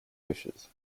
wishes